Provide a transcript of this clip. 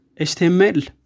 HTML